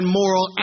moral